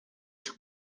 sua